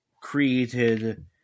created